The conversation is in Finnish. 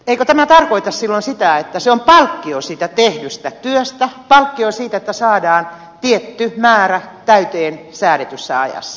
eikö tämä tarkoita silloin sitä että se on palkkio siitä tehdystä työstä palkkio siitä että saadaan tietty määrä täyteen säädetyssä ajassa